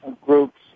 groups